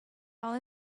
all